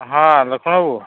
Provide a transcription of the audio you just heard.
ᱦᱮᱸ ᱞᱚᱠᱷᱚᱱ ᱵᱟᱹᱵᱩ